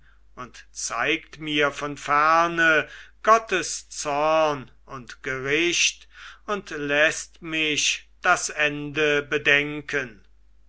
und zeigt mir von ferne gottes zorn und gericht und läßt mich das ende bedenken